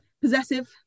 possessive